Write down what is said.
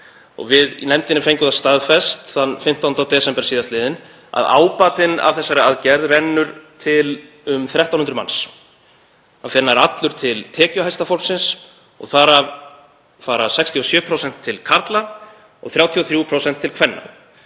Við í nefndinni fengum það staðfest þann 15. desember síðastliðinn að ábatinn af þessari aðgerð rynni til um 1.300 manns. Hann fer nær allur til tekjuhæsta fólksins og þar af fara 67% til karla og 33% til kvenna.